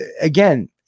Again